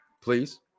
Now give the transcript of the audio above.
please